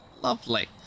Lovely